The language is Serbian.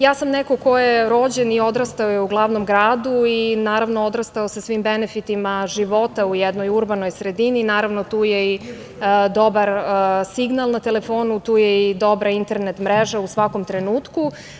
Ja sam neko ko je rođen i odrastao u glavnom gradu, naravno, odrastao sa svim benefitima života u jednoj urbanoj sredini, naravno, tu je i dobar signal na telefonu, tu je dobra internet mreža u svakom trenutku.